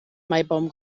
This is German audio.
maibaum